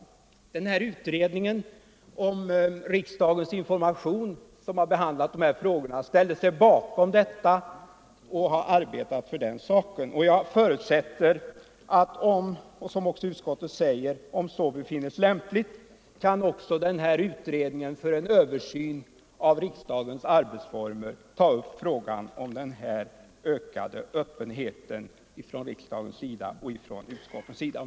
Utredningen angående en allmän översyn av riksdagens arbetsformer, som har behandlat de här frågorna om riksdagens information, ställer sig bakom detta och har arbetat för den saken. Jag förutsätter, såsom också utskottet säger, att om så befinnes lämpligt kan utredningen angående en allmän översyn av riksdagens arbetsformer till behandling ta upp frågan om den ökade öppenheten från riksdagens och utskottens sida.